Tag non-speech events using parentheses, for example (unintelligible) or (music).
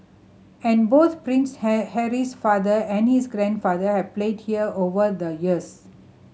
and both Prince (unintelligible) Harry's father and his grandfather have played here over the years